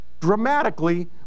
dramatically